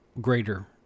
greater